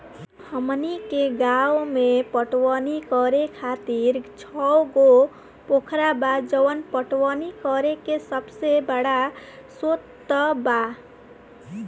हमनी के गाँव में पटवनी करे खातिर छव गो पोखरा बा जवन पटवनी करे के सबसे बड़ा स्रोत बा